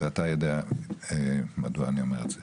אתה יודע מדוע אני אומר את זה.